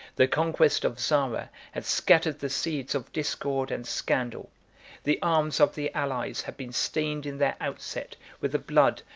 the conquest of zara had scattered the seeds of discord and scandal the arms of the allies had been stained in their outset with the blood,